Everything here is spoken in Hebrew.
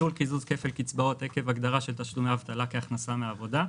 ביטול קיזוז כפל קצבאות עקב הגדרה של תשלומי אבטלה כהכנסה מעבודה,